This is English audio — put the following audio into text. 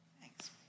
Thanks